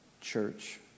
church